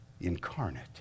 incarnate